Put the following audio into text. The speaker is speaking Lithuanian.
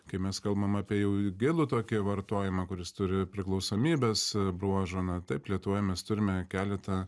kai mes kalbam apie jau į gilų tokį vartojimą kuris turi priklausomybės bruožą na taip lietuvoje mes turime keletą